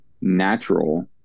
natural